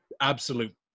absolute